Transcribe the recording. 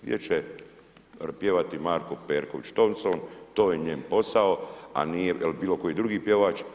Gdje će pjevati Marko Perković Thompson, to je njen posao a nije, ili bilo koji drugi pjevač.